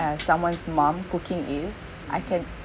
uh someone's mum cooking is I can